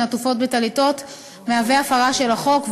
עטופות בטליתות מהווה הפרה של החוק,